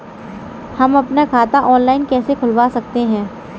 हम अपना खाता ऑनलाइन कैसे खुलवा सकते हैं?